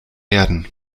erden